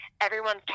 Everyone's